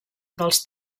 dels